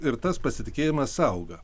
ir tas pasitikėjimas auga